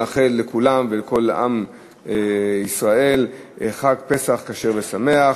נאחל לכולם ולכל עם ישראל חג פסח כשר ושמח.